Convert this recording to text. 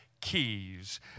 Keys